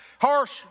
harsh